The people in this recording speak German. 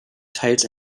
teils